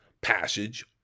passage